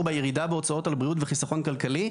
בירידה בהוצאות על בריאות וחיסכון כלכלי,